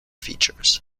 features